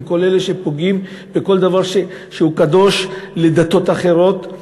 עם כל אלה שפוגעים בכל דבר שהוא קדוש לדתות אחרות.